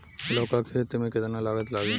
लौका के खेती में केतना लागत लागी?